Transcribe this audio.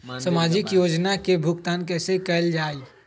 सामाजिक योजना से भुगतान कैसे कयल जाई?